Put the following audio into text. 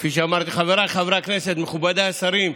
כפי שאמרתי, חבריי חברי הכנסת, מכובדיי השרים,